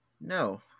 no